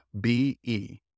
B-E